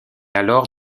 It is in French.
alors